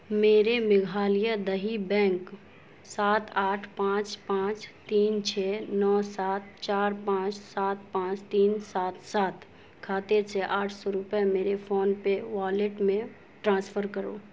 میری میگھالیہ دیہی بینک سات آٹھ پانچ پانچ تین چھ نو سات چار پانچ سات پانچ تین سات سات کھاتے سے آٹھ سو روپے میرے فون پے والیٹ میں ٹرانسفر کرو